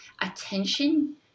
attention